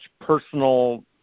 personal